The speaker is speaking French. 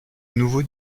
nouveau